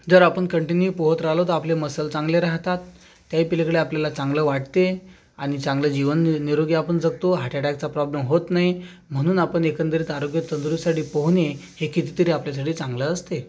जर आपण कंटीन्यू पोहत राहलो तर आपले मसल चांगले राहतात त्याहीपलीकडे आपल्याला चांगलं वाटते आणि चांगलं जीवन निरोगी आपण जगतो हार्टअटॅकचा प्रोब्लेम होत नाही म्हणून आपण एकंदरीत आरोग्य तंदुरस्तीसाठी पोहणे हे कितीतरी आपल्यासाठी चांगलं असते